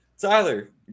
Tyler